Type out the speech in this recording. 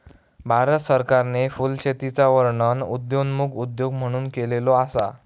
भारत सरकारने फुलशेतीचा वर्णन उदयोन्मुख उद्योग म्हणून केलेलो असा